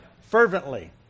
fervently